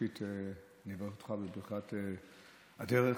ראשית אני אברך אותך בברכת הדרך.